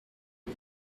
les